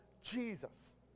Jesus